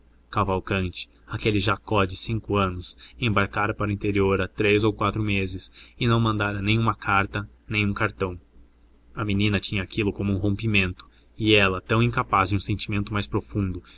cavalcanti aquele jacó de cinco anos embarcara para o interior há três ou quatro meses e não mandara nem uma carta nem um cartão a menina tinha aquilo como um rompimento e ela tão incapaz de um sentimento mais profundo